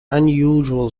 unusual